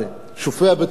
שופע טבע,